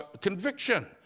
conviction